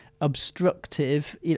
obstructive